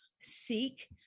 seek